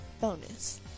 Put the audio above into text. Bonus